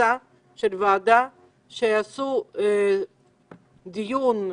שבהמלצת הוועדה יקיימו דיון,